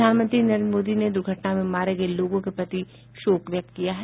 प्रधानमंत्री नरेन्द्र मोदी ने दूर्घटना में मारे गए लोगों के प्रति शोक व्यक्त किया है